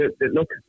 look